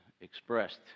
expressed